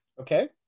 Okay